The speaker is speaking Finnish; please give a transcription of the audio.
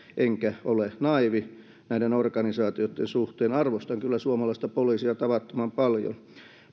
enkä ole naiivi näitten organisaatioitten suhteen arvostan kyllä suomalaista poliisia tavattoman paljon